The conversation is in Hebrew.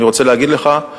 אני רוצה להגיד לך,